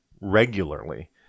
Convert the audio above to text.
regularly